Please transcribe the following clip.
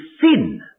sin